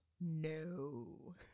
No